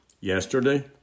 yesterday